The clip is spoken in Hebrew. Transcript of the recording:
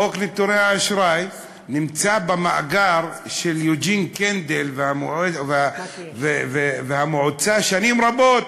חוק נתוני אשראי נמצא במאגר של יוג'ין קנדל והמועצה שנים רבות,